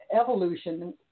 evolution